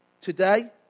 Today